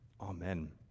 Amen